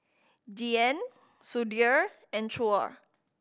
Dhyan Sudhir and Choor